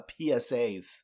PSAs